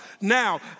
Now